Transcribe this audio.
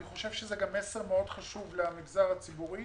אני חושב שזה מסר מאוד חשוב למגזר הציבורי